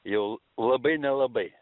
jau labai nelabai